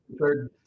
third